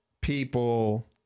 people